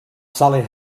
sally